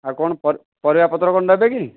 ଆଉ କ'ଣ ପରିବାପତ୍ର କ'ଣ ନେବେ କି